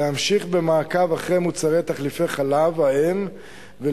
להמשיך במעקב אחרי מוצרים של תחליפי חלב אם ולבחון